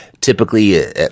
typically